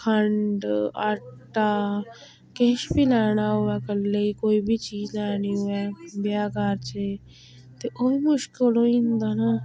खण्ड आटा किश बी लैना होऐ मतलब कोई बी चीज़ लैनी होऐ ब्याह् कारज ते ओह् मुश्कल होई जंदा न